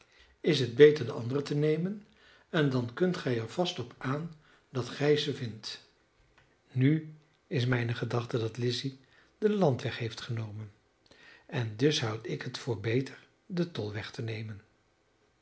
is het beter den anderen te nemen en dan kunt gij er vast op aan dat gij ze vindt nu is mijne gedachte dat lizzy den landweg heeft genomen en dus houd ik het voor beter den tolweg te nemen